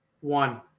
One